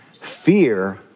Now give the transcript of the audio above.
Fear